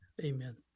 Amen